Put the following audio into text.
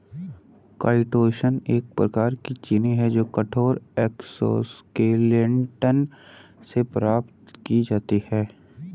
chitosan एक प्रकार की चीनी है जो कठोर एक्सोस्केलेटन से प्राप्त की जाती है